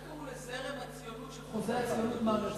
איך קראו לזרם הציונות של חוזה הציונות, מר הרצל?